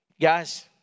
Guys